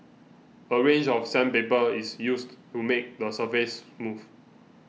a range of sandpaper is used to make the surface smooth